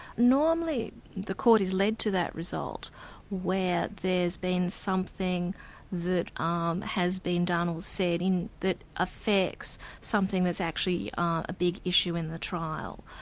normally the court is led to that result where there's been something that um has been done or said that affects something that's actually a big issue in the trial.